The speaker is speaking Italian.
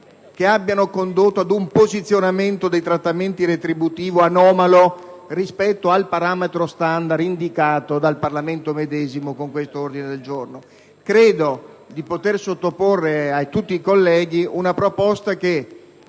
che abbiano condotto ad un posizionamento del trattamento retributivo anomalo rispetto al parametro standard indicato dal Parlamento medesimo con questo ordine del giorno. Credo di poter sottoporre a tutti i colleghi una proposta che,